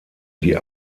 die